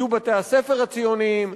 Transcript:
יהיו בתי-הספר הציונים.